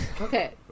Okay